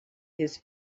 his